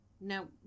Now